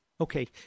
Okay